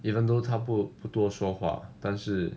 even though 他不不多说话但是